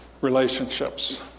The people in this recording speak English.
relationships